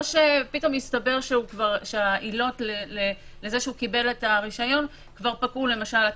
או פתאום יסתבר שהעילות לזה שקיבל את הרשיון פקעו למשל,